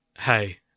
Hey